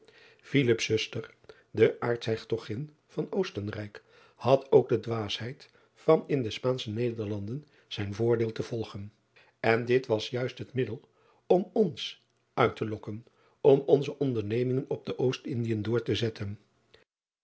zuster de artshertogin van ostenrijk had ook de dwaasheid van in de paansche ederlanden zijn voorbeeld te volgen n dit was juist het middel om ons uit te lokken om onze ondernemingen op de ostindiën door te zetten